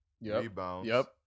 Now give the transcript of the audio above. rebounds